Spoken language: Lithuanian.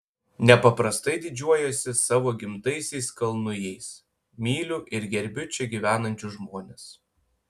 nepaprastai didžiuojuosi savo gimtaisiais kalnujais myliu ir gerbiu čia gyvenančius žmones